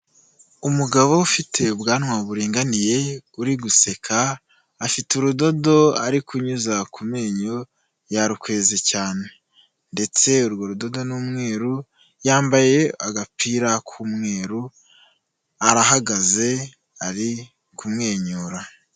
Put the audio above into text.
Umugabo ufite ubwanwa buringaniye, uri guseka, afite urudodo ari kunyuza ku menyo, ya rukweze cyane, ndetse urwo rudodo n'umweru, yambaye agapira k'umweru arahagaze ari kumwenyura.